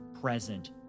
present